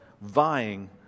vying